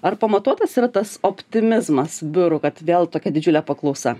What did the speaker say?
ar pamatuotas yra tas optimizmas biurų kad vėl tokia didžiulė paklausa